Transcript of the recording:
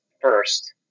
first